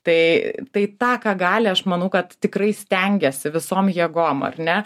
tai tai tą ką gali aš manau kad tikrai stengiasi visom jėgom ar ne